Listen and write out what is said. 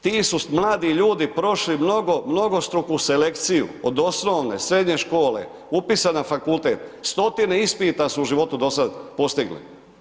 Ti su mladi ljudi prošli mnogostruku selekciju, od osnovne, srednje škole, upisa na fakultet, stotina ispita su u životu dosad postigli.